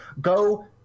go